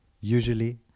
Usually